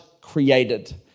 created